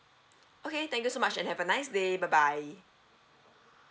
okay thank you so much and have a nice day bye bye